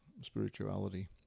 spirituality